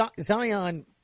Zion